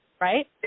right